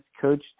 coached